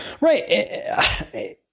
Right